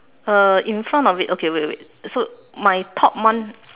uh in front of it okay wait wait wait so my top one